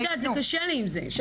קשה לי עם זה.